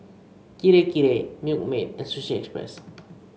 Kirei Kirei Milkmaid and Sushi Express